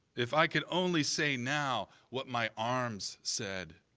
if i could only say now what my arms said.